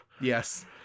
Yes